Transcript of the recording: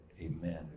amen